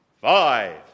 Five